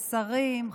השרים,